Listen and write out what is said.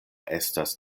estas